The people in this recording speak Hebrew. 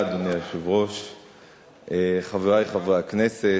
אדוני היושב-ראש, תודה, חברי חברי הכנסת,